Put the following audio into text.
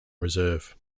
reserve